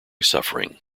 suffering